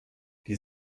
die